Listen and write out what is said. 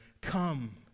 come